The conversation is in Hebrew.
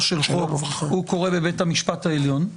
של חוק הוא קורה בבית המשפט העליון,